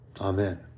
Amen